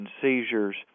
seizures